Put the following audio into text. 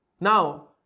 now